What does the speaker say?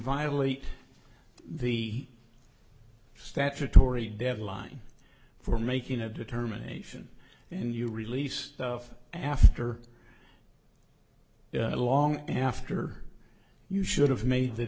violate the statutory deadline for making a determination and you release stuff after long after you should have made the